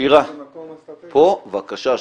שירה, בבקשה.